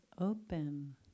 open